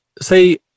say